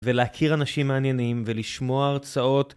ולהכיר אנשים מעניינים ולשמוע הרצאות.